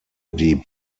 die